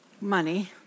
money